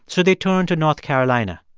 so they turned to north carolina.